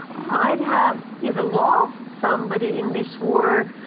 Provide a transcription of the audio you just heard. might have either lost somebody in this war.